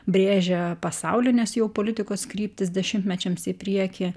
brėžia pasaulines jau politikos kryptis dešimtmečiams į priekį